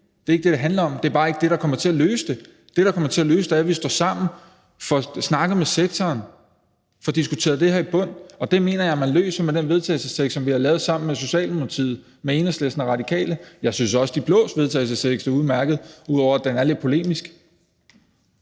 er bare ikke det, som det handler om, og det er ikke det, der kommer til at løse det. Det, der kommer til at løse det, er, at vi står sammen og får snakket med sektoren, får diskuteret det her til bunds, og det mener jeg at man løser med den vedtagelsestekst, som vi har lavet sammen med Socialdemokratiet, Enhedslisten og Radikale. Jeg synes også, at de blås vedtagelsestekst er udmærket, ud over at den er lidt polemisk.